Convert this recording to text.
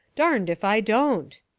darned if i don't.